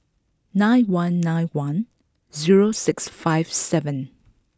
nine one nine one zero six five seven